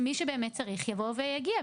שמי שבאמת צריך יבוא ויגיע.